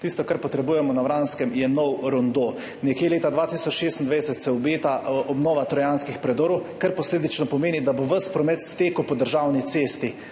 Tisto, kar potrebujemo na Vranskem, je nov rondo. Nekje leta 2026 se obeta obnova trojanskih predorov, kar posledično pomeni, da bo ves promet stekel po državni cesti,